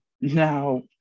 Now